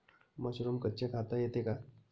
Mushroom कच्चे खाता येते का?